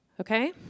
Okay